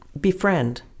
befriend